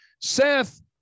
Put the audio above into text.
Seth